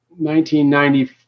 1990